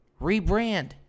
Rebrand